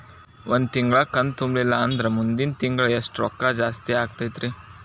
ಒಂದು ತಿಂಗಳಾ ಕಂತು ತುಂಬಲಿಲ್ಲಂದ್ರ ಮುಂದಿನ ತಿಂಗಳಾ ಎಷ್ಟ ರೊಕ್ಕ ಜಾಸ್ತಿ ಆಗತೈತ್ರಿ?